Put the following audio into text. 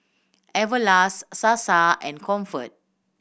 Everlast Sasa and Comfort